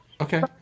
Okay